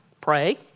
pray